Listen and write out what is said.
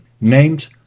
named